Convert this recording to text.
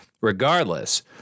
Regardless